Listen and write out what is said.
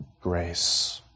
grace